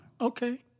Okay